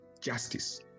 justice